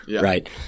right